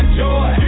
joy